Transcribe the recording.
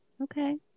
Okay